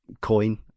coin